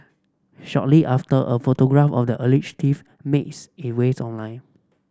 shortly after a photograph of the alleged thief makes it ways online